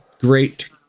Great